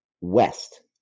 West